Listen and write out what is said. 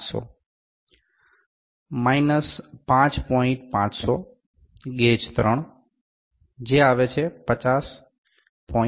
500 Gague3 gauge 3 50